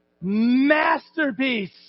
masterpiece